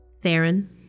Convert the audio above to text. Theron